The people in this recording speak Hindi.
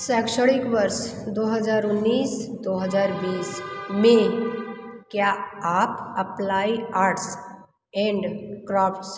शैक्षणिक वर्ष दो हज़ार उन्नीस दो हज़ार बीस में क्या आप अप्लाइ आर्ट्स एंड क्राफ़्ट्स